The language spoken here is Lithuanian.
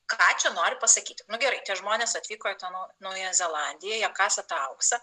ką čia nori pasakyti nu gerai tie žmonės atvyko į tą nau naująją zelandiją jie kasa tą auksą